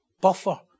Buffer